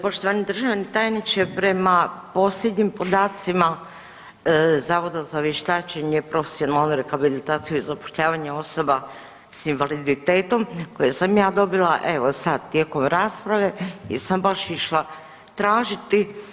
Poštovani državni tajniče prema posljednjim podacima Zavoda za vještačenje profesionalnu rehabilitaciju i zapošljavanje osoba sa invaliditetom koje sam ja dobila evo sad tijekom rasprave jer sam baš išla tražiti.